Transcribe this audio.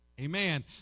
Amen